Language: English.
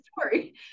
story